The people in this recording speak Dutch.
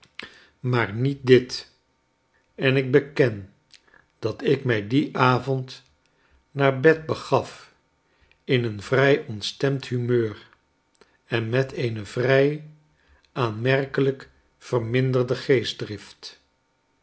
maar niet dit en ik beken dat ik m dien avond naar bed begaf in een vrij ontstemd humeur en met eene vrij aanmerkelijk verminderde geestdrift